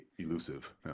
elusive